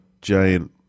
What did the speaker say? giant